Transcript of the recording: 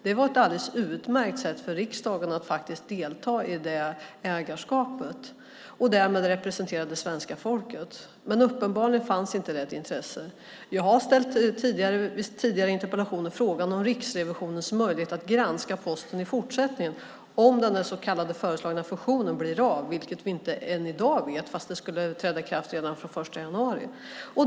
Det var ett alldeles utmärkt sätt för riksdagen att delta i ägarskapet och därmed representera det svenska folket. Det intresset fanns uppenbarligen inte. Jag har i tidigare interpellationer frågat om Riksrevisionens möjligheter att granska Posten i fortsättningen om den föreslagna så kallade fusionen blir av, vilket vi inte vet än i dag fast den skulle träda i kraft redan från den 1 januari.